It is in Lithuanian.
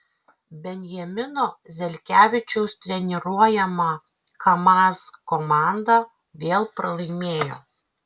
benjamino zelkevičiaus treniruojama kamaz komanda vėl pralaimėjo